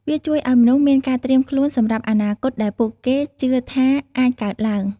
វាជួយឲ្យមនុស្សមានការត្រៀមខ្លួនសម្រាប់អនាគតដែលពួកគេជឿថាអាចកើតឡើង។